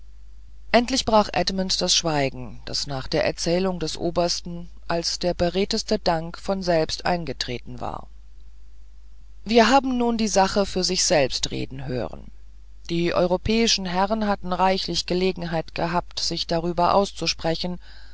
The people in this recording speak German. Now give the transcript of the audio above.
endlich brach edmund das schweigen das nach der erzählung des obersten als der beredteste dank von selber eingetreten war wir haben nun die sache für sich selbst reden hören die europäischen herren haben reichlich gelegenheit gehabt sich darüber auszusprechen